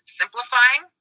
simplifying